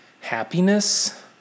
happiness